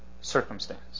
circumstance